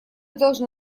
должны